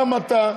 גם אתה,